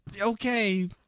Okay